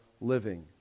living